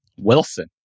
Wilson